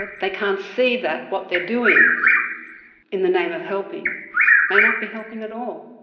but they can't see that what they're doing in the name of helping may not be helping at all.